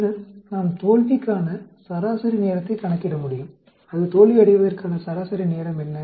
பின்னர் நாம் தோல்விக்கான சராசரி நேரத்தைக் கணக்கிட முடியும் அது தோல்வியடைவதற்கான சராசரி நேரம் என்ன